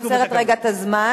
אני עוצרת רגע את הזמן,